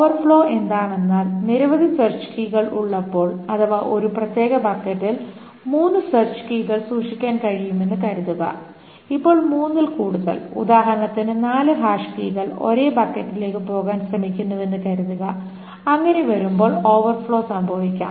overflow എന്താണെന്നാൽ നിരവധി search കീകൾ ഉള്ളപ്പോൾ അഥവാ ഒരു പ്രത്യേക ബക്കറ്റിൽ മൂന്ന് സെർച്ച് കീകൾ സൂക്ഷിക്കാൻ കഴിയുമെന്ന് കരുതുക ഇപ്പോൾ മൂന്നിൽ കൂടുതൽ ഉദാഹരണത്തിന് നാല് ഹാഷ് കീകൾ ഒരേ ബക്കറ്റിലേക്ക് പോകാൻ ശ്രമിക്കുന്നുവെന്ന് കരുതുക അങ്ങനെ വരുമ്പോൾ ഓവർഫ്ലോ സംഭവിക്കാം